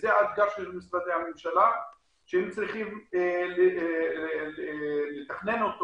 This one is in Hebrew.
זה האתגר של משרדי הממשלה שהם צריכים לתכנן אותו